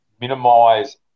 minimize